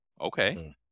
Okay